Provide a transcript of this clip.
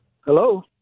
Hello